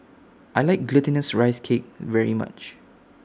I like Glutinous Rice Cake very much